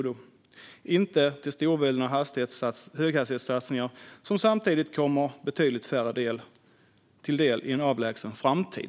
De ska inte gå till storvulna höghastighetssatsningar som kommer betydligt färre till del i en avlägsen framtid.